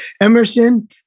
Emerson